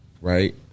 right